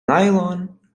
nylon